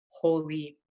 holy